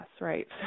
right